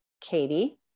Katie